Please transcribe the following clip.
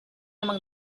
among